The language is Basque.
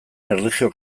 erlijio